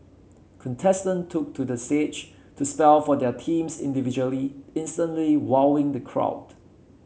contestants took to the stage to spell for their teams individually instantly wowing the crowd